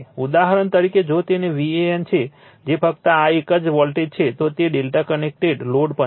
ઉદાહરણ તરીકે જો તે VAN છે જે ફક્ત આ એક જ વોલ્ટેજ છે તો તે Δ કનેક્ટેડ લોડ પણ છે